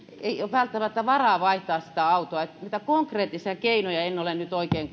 ei ole välttämättä varaa vaihtaa sitä autoa että niitä konkreettisia keinoja en ole nyt oikein